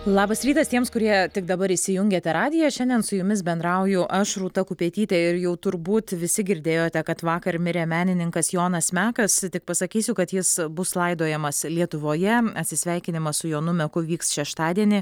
labas rytas tiems kurie tik dabar įsijungėte radiją šiandien su jumis bendrauju aš rūta kupetytė ir jau turbūt visi girdėjote kad vakar mirė menininkas jonas mekas tik pasakysiu kad jis bus laidojamas lietuvoje atsisveikinimas su jonu meku vyks šeštadienį